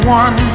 one